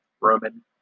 Roman